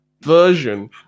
version